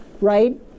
right